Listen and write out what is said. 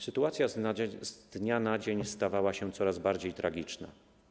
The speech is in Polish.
Sytuacja z dnia na dzień stawała się coraz bardziej tragiczna.